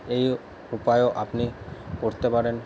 এই উপায়ও আপনি করতে পারেন